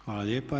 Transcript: Hvala lijepa.